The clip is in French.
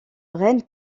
rennes